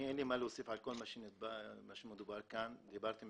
אין לי מה להוסיף על כל מה שדובר כאן, דיברתם